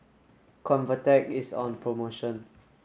Convatec is on promotion